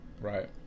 Right